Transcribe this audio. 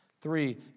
Three